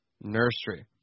Nursery